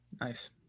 Nice